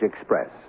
Express